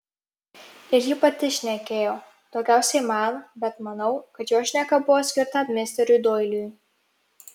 ir ji pati šnekėjo daugiausiai man bet manau kad jos šneka buvo skirta misteriui doiliui